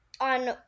on